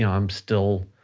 ah i'm still